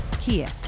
Kia